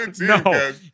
no